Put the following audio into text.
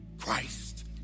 Christ